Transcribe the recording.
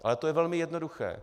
Ale to je velmi jednoduché.